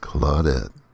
Claudette